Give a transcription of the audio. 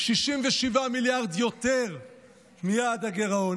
67 מיליארד יותר יהיו עד הגירעון.